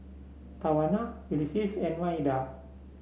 Tawana Ulises and Maida